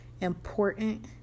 important